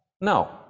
No